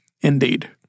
indeed